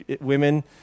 women